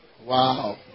Wow